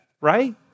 Right